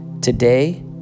Today